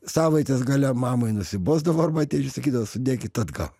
savaitės gale mamai nusibosdavo arba tėtis sakydavo sudėkit atgal